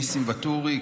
ניסים ואטורי,